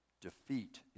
Defeat